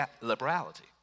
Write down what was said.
liberality